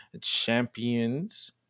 champions